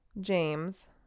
James